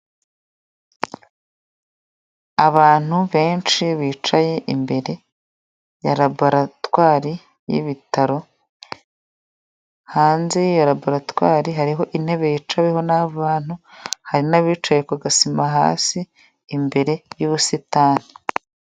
Abantu benshi bicaye imbere ya laboratwari y'ibitaro, hanze ya laboratwaire hari intebe yicaweho n'abantu hariacaye ku gasima hasi imbere yubusitani.